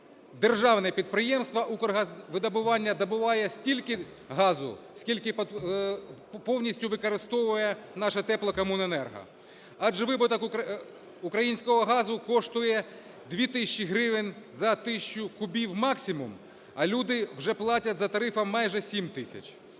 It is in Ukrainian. державне підприємство "Укргазвидобування" добуває стільки газу, скільки повністю використовує наше "Теплокомуненерго". Адже видобуток українського газу коштує 2 тисячі гривень за 1 тисячу кубів максимум, а люди вже платять за тарифом майже 7 тисяч,